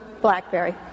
Blackberry